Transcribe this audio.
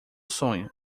sonho